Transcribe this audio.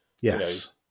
Yes